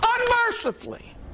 unmercifully